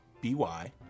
B-Y